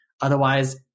otherwise